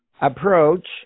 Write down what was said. approach